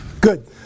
Good